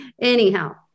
anyhow